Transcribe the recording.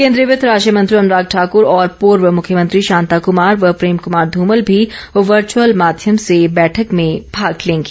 केन्द्रीय वित्त राज्य मंत्री अनुराग ठाकुर और पूर्व मुख्यमंत्री शांता कुमार व प्रेम कुमार धूमल भी वर्चुअल माध्यम से बैठक में भाग लेंगे